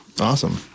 Awesome